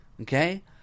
okay